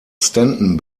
stanton